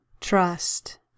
trust